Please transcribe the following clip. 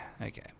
Okay